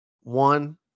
One